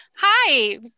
Hi